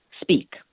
speak